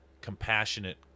compassionate